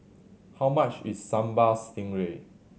how much is Sambal Stingray